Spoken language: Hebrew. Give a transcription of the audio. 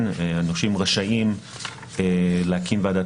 הנושים רשאים להקים ועדת